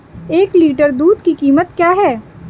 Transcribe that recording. एक लीटर दूध की कीमत क्या है?